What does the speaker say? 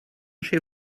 chez